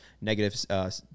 negative